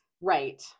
Right